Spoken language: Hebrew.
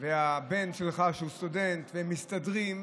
והבן שלך שהוא סטודנט והם מסתדרים,